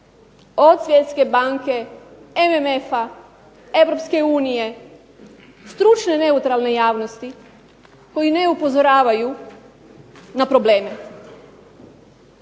od Svjetske banke, MMF-a, Europske unije, stručne neutralne javnosti koji ne upozoravaju na probleme.